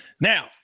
Now